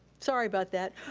sorry about that.